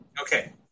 Okay